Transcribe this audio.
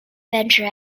venture